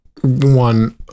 one